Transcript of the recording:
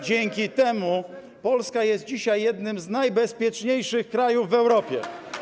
Dzięki temu Polska jest dzisiaj jednym z najbezpieczniejszych krajów w Europie.